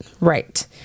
right